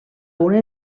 una